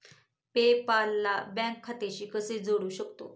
पे पाल ला बँक खात्याशी कसे जोडू शकतो?